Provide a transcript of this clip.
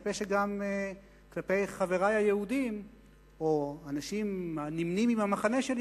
כלפי חברי היהודים או אנשים הנמנים עם המחנה שלי,